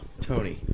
Tony